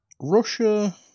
Russia